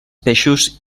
peixos